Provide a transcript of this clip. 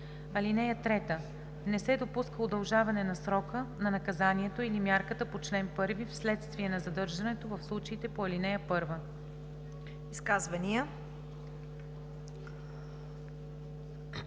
(3) Не се допуска удължаване на срока на наказанието или мярката по чл. 1 вследствие на задържането в случаите по ал. 1.“